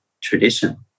tradition